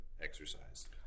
exercise